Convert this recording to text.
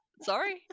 sorry